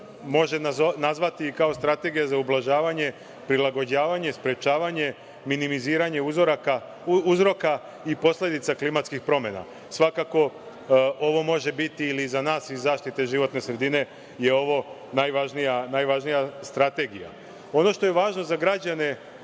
može nazvati kao strategija za ublažavanje, prilagođavanje, sprečavanje, minimiziranje uzroka i posledica klimatskih promena. Svako, ovo može biti za nas iz zaštite životne sredine je ovo najvažnija strategija. Ono što je važno za građane